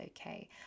okay